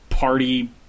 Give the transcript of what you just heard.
party